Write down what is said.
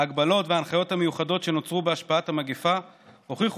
ההגבלות וההנחיות המיוחדות שנוצרו בהשפעת המגפה הוכיחו